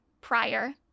prior